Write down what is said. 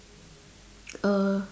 uh